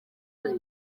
iyi